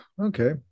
okay